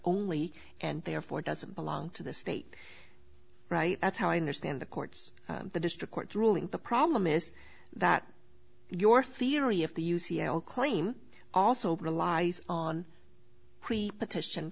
only and therefore doesn't belong to the state right that's how i understand the courts the district court ruling the problem is that your theory of the u c l claim also relies on petition